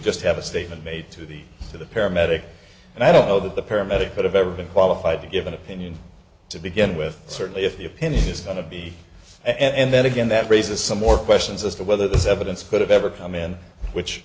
just have a statement made to the to the paramedic and i don't know that the paramedic could have ever been qualified to give an opinion to begin with certainly if the opinion is going to be and then again that raises some more questions as to whether this evidence could have ever come in which